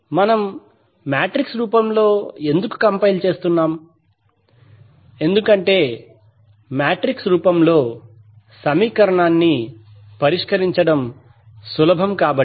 మనం మాట్రిక్స్ రూపంలో ఎందుకు కంపైల్ చేస్తున్నాం ఎందుకంటే మాట్రిక్స్ రూపంలో సమీకరణాన్ని పరిష్కరించడం సులభం కాబట్టి